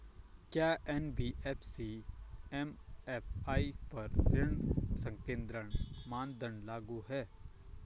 क्या NBFC MFI पर ऋण संकेन्द्रण मानदंड लागू हैं?